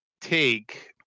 take